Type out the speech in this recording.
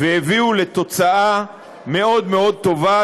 והביאו לתוצאה מאוד מאוד טובה,